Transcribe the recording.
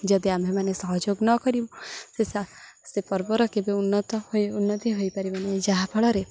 ଯଦି ଆମେମାନେ ସହଯୋଗ ନ କରିବୁ ସେ ସେ ପର୍ବର କେବେ ଉନ୍ନତ ହୋଇ ଉନ୍ନତି ହୋଇପାରିବେ ନାହି ଯାହାଫଳରେ